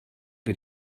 wir